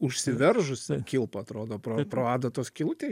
užsiveržusią kilpą atrodo pro pro adatos skylutę